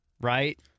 right